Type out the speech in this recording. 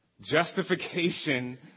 justification